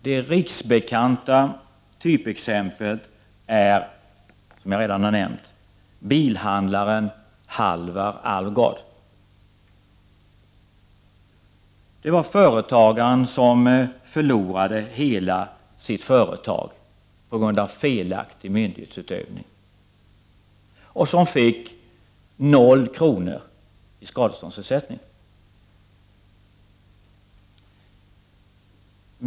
Det riksbekanta typexemplet är, som jag redan har nämnt, bilhandlaren Halvar Alvgard. Det var företagaren som förlorade hela sitt företag på grund av felaktig myndighetsutövning och som fick 0 kr. i skadeståndsersättning.